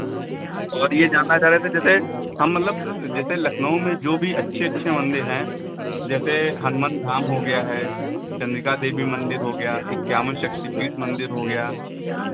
और ये जानना चाह रहे थे जैसे हम मतलब जैसे लखनऊ में जो भी अच्छे अच्छे मंदिर है जैसे हनुमंत धाम हो गया है चंद्रिका देवी मंदिर हो गया इक्यावन शक्ति पीठ मंदिर हो गया